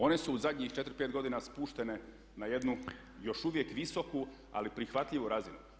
One su u zadnjih 4, 5 godina spuštene na jednu još uvijek visoku ali prihvatljivu razinu.